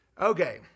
Okay